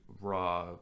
raw